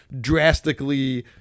drastically